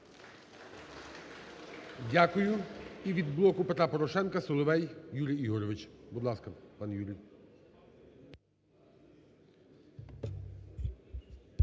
Дякую. І від "Блоку Петра Порошенка" Соловей Юрій Ігорович. Будь ласка, пан Юрій.